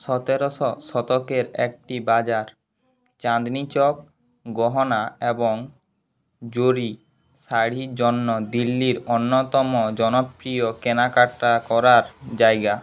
সতেরোশো শতকের একটি বাজার চাঁদনি চক গহনা এবং জরি শাড়ির জন্য দিল্লির অন্যতম জনপ্রিয় কেনাকাটা করার জায়গা